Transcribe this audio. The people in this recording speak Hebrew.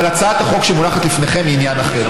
אבל הצעת החוק שמונחת לפניכם היא עניין אחר.